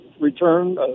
return